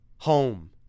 home